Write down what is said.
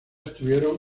estuvieron